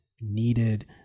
needed